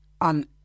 on